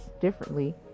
differently